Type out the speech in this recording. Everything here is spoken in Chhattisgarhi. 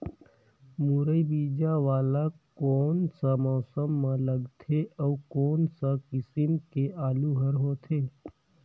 मुरई बीजा वाला कोन सा मौसम म लगथे अउ कोन सा किसम के आलू हर होथे?